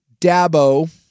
Dabo